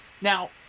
now